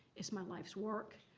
it's my life's work.